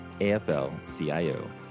AFL-CIO